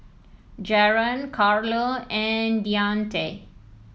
Jaron Carlo and Deante